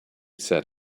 said